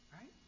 Right